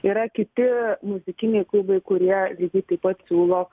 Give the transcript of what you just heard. yra kiti muzikiniai klubai kurie lygiai taip pat siūlo